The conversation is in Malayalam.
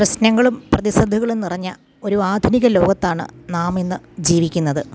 പ്രശ്നങ്ങളും പ്രതിസന്ധികളും നിറഞ്ഞ ഒരു ആധുനിക ലോകത്താണ് നാമിന്നു ജീവിക്കുന്നത്